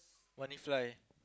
want it fly